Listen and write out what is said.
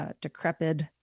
decrepit